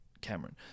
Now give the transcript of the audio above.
Cameron